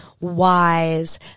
wise